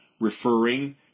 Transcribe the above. referring